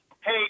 Hey